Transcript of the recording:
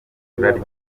turarya